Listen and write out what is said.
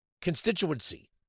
constituency